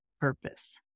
purpose